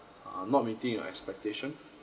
uh not meeting your expectation